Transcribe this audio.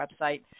website